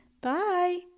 Bye